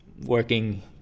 working